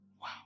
Wow